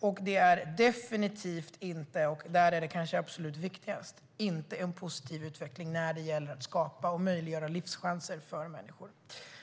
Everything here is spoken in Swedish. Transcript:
Och det är definitivt inte - detta är kanske det absolut viktigaste - en positiv utveckling när det gäller att skapa och möjliggöra livschanser för människor.